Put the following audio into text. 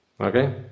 Okay